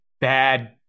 bad